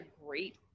great